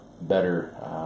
better